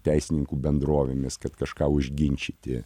teisininkų bendrovėmis kad kažką užginčyti